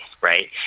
right